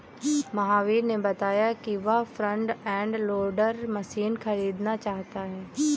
महावीर ने बताया कि वह फ्रंट एंड लोडर मशीन खरीदना चाहता है